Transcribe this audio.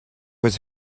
was